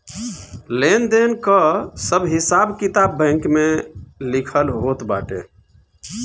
लेन देन कअ सब हिसाब किताब बैंक में लिखल होत बाटे